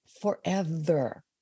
forever